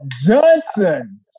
Johnson